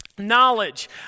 Knowledge